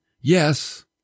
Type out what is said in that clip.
yes